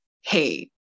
Hey